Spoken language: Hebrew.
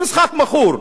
משחק מכור.